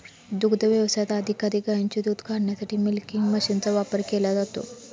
दुग्ध व्यवसायात अधिकाधिक गायींचे दूध काढण्यासाठी मिल्किंग मशीनचा वापर केला जातो